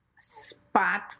Spot